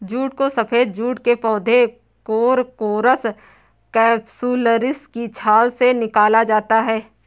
jute को सफेद jute के पौधे कोरकोरस कैप्सुलरिस की छाल से निकाला जाता है